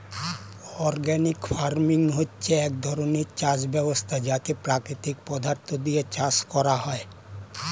organic farming হচ্ছে এক ধরণের চাষ ব্যবস্থা যাতে প্রাকৃতিক পদার্থ দিয়ে চাষ করা হয়